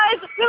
guys